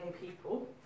people